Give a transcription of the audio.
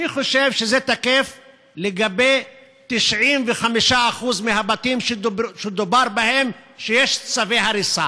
אני חושב שזה תקף לגבי 95% מהבתים שדובר שיש להם צווי הריסה.